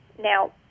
Now